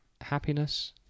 happiness